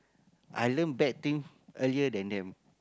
I learn bad thing earlier than them